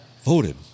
voted